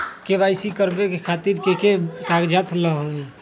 KYC करवे खातीर के के कागजात चाहलु?